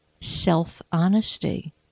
self-honesty